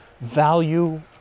value